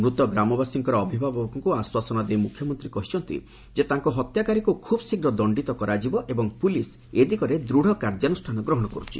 ମୂତ ଗ୍ରାମବାସୀଙ୍କର ଅବିଭାବକଙ୍କୁ ଆଶ୍ୱାସନା ଦେଇ ମୁଖ୍ୟମନ୍ତ୍ରୀ କହିଛନ୍ତି ଯେ ତାଙ୍କ ହତ୍ୟାକାରୀକୁ ଖୁବ୍ ଶୀଘ୍ ଦଣ୍ଡିତ କରାଯିବ ଏବଂ ପୁଲିସ୍ ଏ ଦିଗରେ ଦୂଢ଼ କାର୍ଯ୍ୟାନୁଷ୍ଠାନ ଗ୍ରହଣ କର୍ ଛି